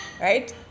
Right